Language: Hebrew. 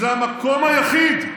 וזה המקום היחיד,